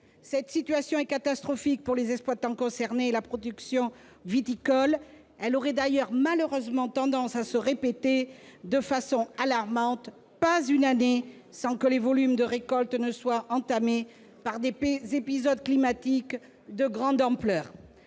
Cette situation est catastrophique pour les exploitants concernés et la production viticole. Elle aurait d'ailleurs, malheureusement, tendance à se répéter de façon alarmante. Pas une année sans que les volumes de récoltes soient entamés par des épisodes climatiques de grande ampleur